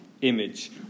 image